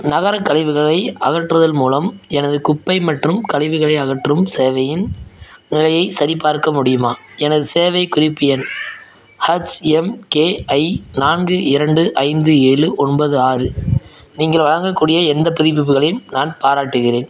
நகரக் கழிவுகளை அகற்றுதல் மூலம் எனது குப்பை மற்றும் கழிவுகளை அகற்றும் சேவையின் நிலையைச் சரிபார்க்க முடியுமா எனது சேவை குறிப்பு எண் ஹச்எம்கேஐ நான்கு இரண்டு ஐந்து ஏழு ஒன்பது ஆறு நீங்கள் வழங்கக்கூடிய எந்த புதுப்பிப்புகளையும் நான் பாராட்டுகிறேன்